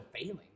failing